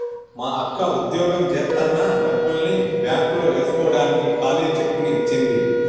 మా అక్క వుద్యోగం జేత్తన్న డబ్బుల్ని బ్యేంకులో యేస్కోడానికి ఖాళీ చెక్కుని ఇచ్చింది